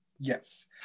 Yes